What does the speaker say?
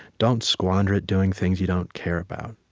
don't squander it doing things you don't care about.